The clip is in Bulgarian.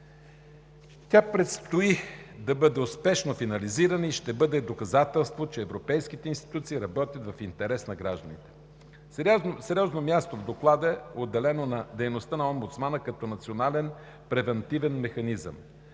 Тя предстои да бъде успешно финализирана и ще бъде доказателство, че европейските институции работят в интерес на гражданите. Сериозно място в Доклада е отделено на дейността на омбудсмана като Национален превантивен механизъм